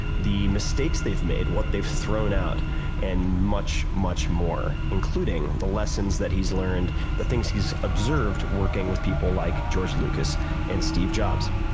the mistakes they've made, what they've thrown out and much, much more including the lessons he's learned the things he's observed working with people like george lucas and steve jobs.